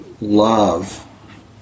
love